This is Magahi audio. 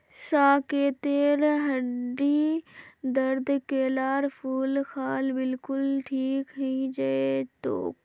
साकेतेर हड्डीर दर्द केलार फूल खा ल बिलकुल ठीक हइ जै तोक